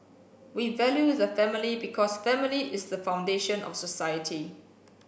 we value the family because family is the foundation of society